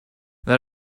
that